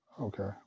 Okay